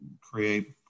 create